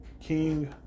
King